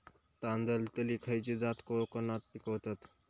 तांदलतली खयची जात कोकणात पिकवतत?